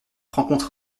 rencontré